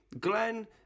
glenn